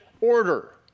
order